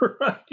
Right